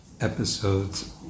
episodes